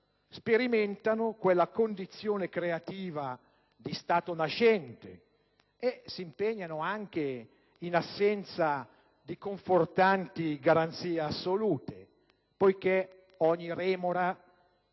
sperimentano quella condizione creativa di Stato nascente e s'impegnano anche in assenza di confortanti garanzie assolute, poiché ogni remora